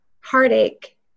heartache